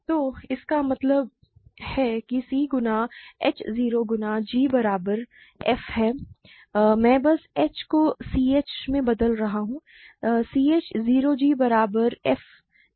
तो इसका मतलब है कि c गुना h 0 गुना g बराबर f है मैं बस h को c h से बदल रहा हूँ c h 0 g बराबर f है